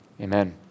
amen